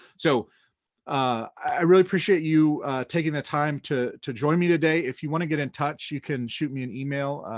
so i really appreciate you taking the time to to join me today, if you wanna get in touch, you can shoot me an email,